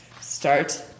start